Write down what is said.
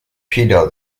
pedal